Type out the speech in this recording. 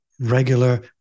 regular